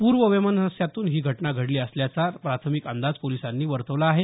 पूर्व वैमनस्यातून ही घटना घडली असल्याचा प्राथमिक अंदाज पोलिसांनी वर्तवला आहे